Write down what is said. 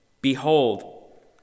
Behold